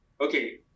okay